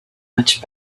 much